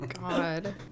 God